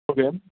okay